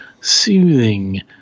soothing